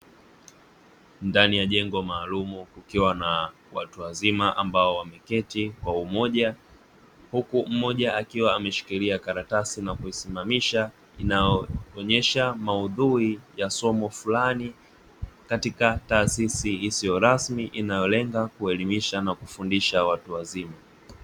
Ndani ya jengo maalumu kukiwa na watu wazima ambao wameketi kwa umoja, huku mmoja akiwa ameshikilia karatasi na kuisimamisha inayoonyesha maudhui ya somo flani katika taasisi isiyo rasmi inayolenga kuelimisha na kufundisha watu wazima.